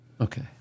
Okay